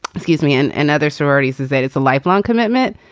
excuse me. and another sorority says that it's a lifelong commitment.